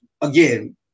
again